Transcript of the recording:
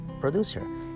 producer